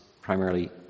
primarily